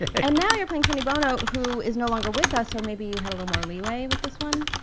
and now you're playing sonny bono, who is no longer with us so maybe you had a little more leeway with this one?